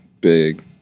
big